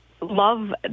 love